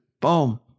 Boom